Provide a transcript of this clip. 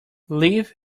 live